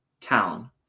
town